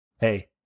Hey